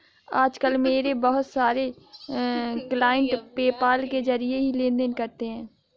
आज कल मेरे बहुत सारे क्लाइंट पेपाल के जरिये ही लेन देन करते है